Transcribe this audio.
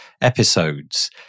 episodes